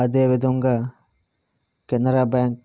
అదే విధంగా కెనరా బ్యాంక్